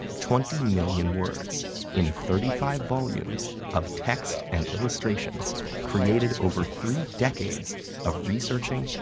twenty million words in thirty five volumes of text and illustrations created over three decades of researching,